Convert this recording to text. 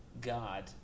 God